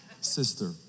sister